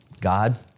God